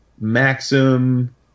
Maxim